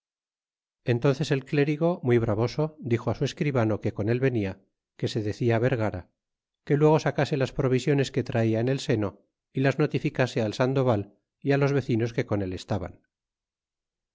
entnces el clérigo muy bravos dixo á su escribano que con él venia que se decia vergara que luego sacase las provisiones que traia en el seno y las notificase al sandoval y á los vecinos que con el estaban